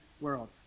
world